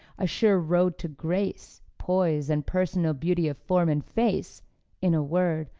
a sure road to grace, poise and personal beauty of form and face in a word,